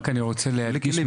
אני מבקש להדגיש,